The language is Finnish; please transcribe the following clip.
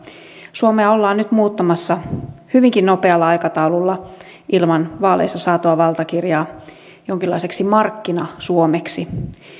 suomea ollaan nyt muuttamassa hyvinkin nopealla aikataululla ilman vaaleissa saatua valtakirjaa jonkinlaiseksi markkina suomeksi